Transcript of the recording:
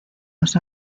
los